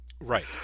right